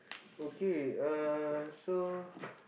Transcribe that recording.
okay uh so